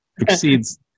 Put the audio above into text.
exceeds